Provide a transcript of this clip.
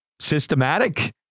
systematic